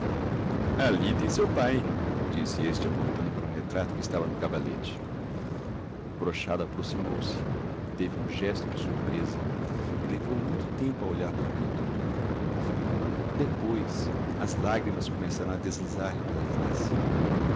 ali tem seu pai disse este apontando para um retrato que estava no cavalete o brochado aproximou-se teve um gesto de surpresa e levou muito tempo a olhar para a pintura depois as lágrimas começaram a deslizar lhe pela face